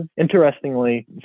interestingly